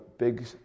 Big